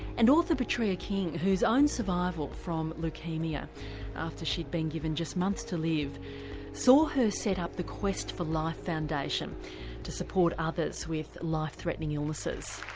and author petrea king, whose own survival from leukaemia after she'd been given just months to live saw her set up the quest for life foundation to support others with life-threatening illnesses.